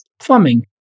plumbing